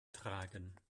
tragen